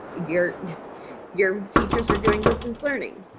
your your teachers are doing distance learning.